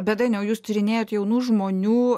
bet dainiau jūs tyrinėjat jaunų žmonių